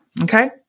Okay